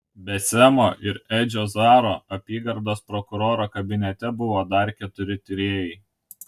be semo ir edžio zaro apygardos prokuroro kabinete buvo dar keturi tyrėjai